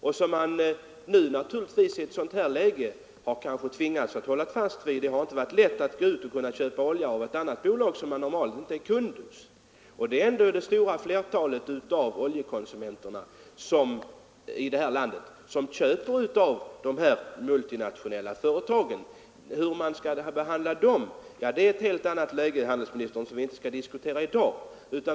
I det läge som uppstått har de kanske tvingats hålla fast vid denna leverantör, eftersom det inte varit så lätt att köpa olja från ett annat bolag, där man normalt inte är kund. Det är ändå så att det stora flertalet av oljekonsumenterna i vårt land köper av de multinationella företagen. Hur dessa företag skall behandlas är en helt annan fråga, som vi inte skall diskutera i dag.